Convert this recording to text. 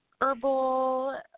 herbal